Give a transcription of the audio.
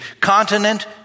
continent